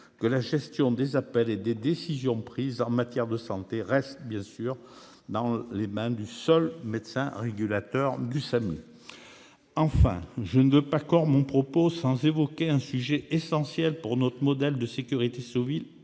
que la gestion des appels et les décisions prises en matière de santé restent entre les mains du seul médecin régulateur du SAMU. Enfin, je ne peux pas clore mon propos sans évoquer un sujet essentiel pour notre modèle de sécurité civile,